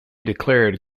declared